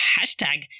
hashtag